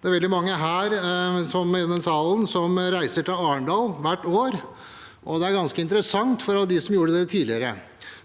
Det er veldig mange i denne sa len som reiser til Arendal hvert år. Det er ganske interessant for dem som gjorde det tidligere.